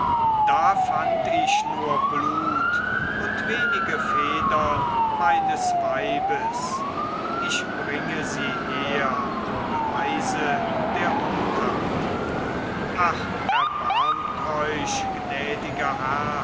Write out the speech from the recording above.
da fand ich nur blut und wenige federn meines weibes ich bringe sie her beweise der untat ach erbarmt euch